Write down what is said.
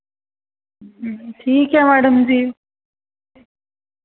ठीक ऐ मैडम जी